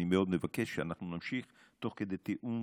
אני מאוד מבקש שאנחנו נמשיך תוך כדי תיאום.